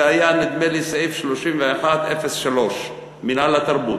זה היה, נדמה לי, סעיף 3103, מינהל התרבות.